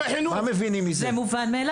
מה מבינים מזה?